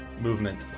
movement